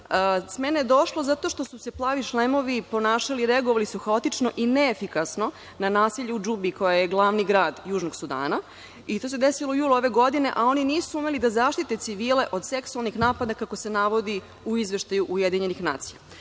smene je došlo zato što su se Plavi šlemovi ponašali i reagovali su haotično i neefikasno na nasilje u Džubi, koja je glavni grad Južnog Sudana. To se desilo u julu ove godine, a oni nisu umeli da zaštite civile od seksualnih napada, kako se navodi u izveštaju UN.U ovom